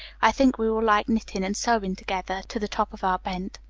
i think we will like knittin' and sewin' together, to the top of our bent.